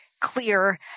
clear